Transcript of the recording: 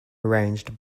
arranged